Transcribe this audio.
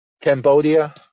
Cambodia